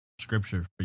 scripture